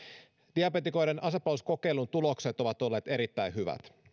diabeetikoiden asepalveluskokeilun tulokset ovat olleet erittäin hyvät